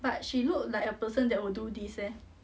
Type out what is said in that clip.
but she looked like a person that will do this eh